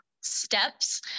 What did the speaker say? steps